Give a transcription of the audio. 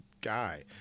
guy